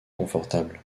confortable